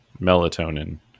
Melatonin